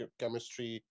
chemistry